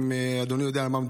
אם אדוני יודע במה מדובר,